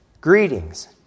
greetings